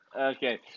Okay